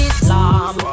Islam